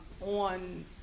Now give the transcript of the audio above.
on